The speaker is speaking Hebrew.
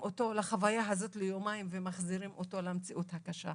אותם לחוויה הזאת ליומיים ומחזירים אותו למציאות הקשה.